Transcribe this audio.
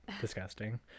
disgusting